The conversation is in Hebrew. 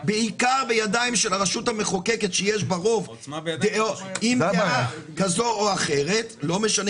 בעיקר בידיים של הרשות המחוקקת שיש בה רוב עם דעה כזו או אחרת לא משנה